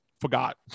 Forgot